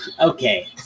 Okay